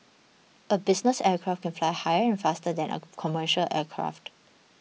a business aircraft can fly higher and faster than a commercial aircraft